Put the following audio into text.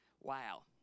Wow